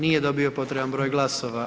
Nije dobio potreban broj glasova.